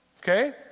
Okay